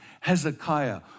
Hezekiah